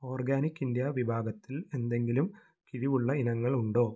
organic India വിഭാഗത്തിൽ എന്തെങ്കിലും കിഴിവുള്ള ഇനങ്ങളുണ്ടോ